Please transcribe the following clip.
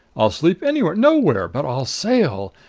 i'll sleep anywhere nowhere but i'll sail!